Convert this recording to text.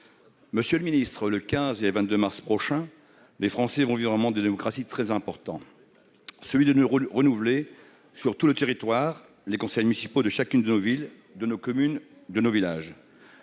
Monsieur le ministre, les 15 et 22 mars prochains, les Français vont vivre un moment de démocratie très important en renouvelant, sur tout le territoire, les conseils municipaux de chacune de nos villes, de nos communes, de chacun de nos villages.